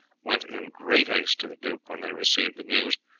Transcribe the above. went in great haste to the duke when they received the news,